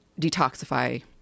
detoxify